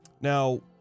Now